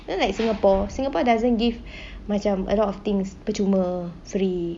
err like singapore singapore doesn't give macam a lot of things percuma free